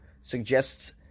suggests